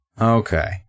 Okay